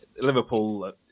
Liverpool